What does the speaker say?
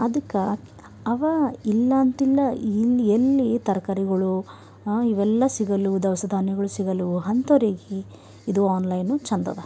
ಅದಕ್ಕೆ ಅವೆ ಇಲ್ಲ ಅಂತಿಲ್ಲ ಇಲ್ಲಿ ಎಲ್ಲಿ ತರ್ಕಾರಿಗಳು ಇವೆಲ್ಲ ಸಿಗಲ್ಲವೊ ದವಸ ಧಾನ್ಯಗಳು ಸಿಗಲ್ಲವೊ ಅಂತವ್ರಿಗಿ ಇದು ಆನ್ಲೈನು ಚಂದದ